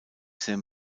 sehr